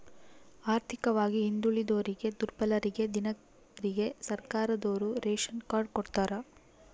ಆರ್ಥಿಕವಾಗಿ ಹಿಂದುಳಿದೋರಿಗೆ ದುರ್ಬಲರಿಗೆ ದೀನರಿಗೆ ಸರ್ಕಾರದೋರು ರೇಶನ್ ಕಾರ್ಡ್ ಕೊಡ್ತಾರ